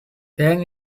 then